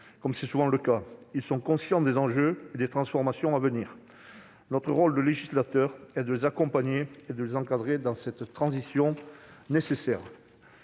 comme c'est souvent le cas. Ils sont conscients des enjeux et des transformations à venir. Notre rôle, en tant que législateurs, est de les accompagner et de les encadrer dans cette transition nécessaire.